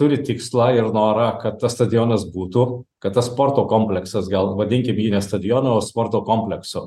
turi tikslą ir norą kad tas stadionas būtų kad tas sporto kompleksas gal vadinkim jį stadionu o sporto kompleksu